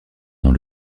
dans